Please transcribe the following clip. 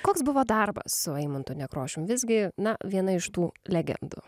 koks buvo darbas su eimuntu nekrošium visgi na viena iš tų legendų